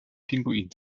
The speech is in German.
pinguin